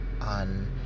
on